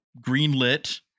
greenlit